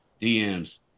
DMs